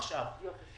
בהמשך לדיונים שהיו כאן,